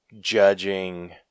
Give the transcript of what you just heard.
judging